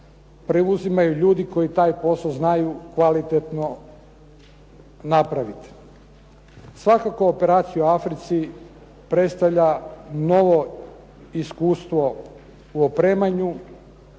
preuzimaju ljudi koji taj posao znaju kvalitetno napraviti. Svakako operaciju u Africi predstavlja novo iskustvo u opremanju,